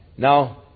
Now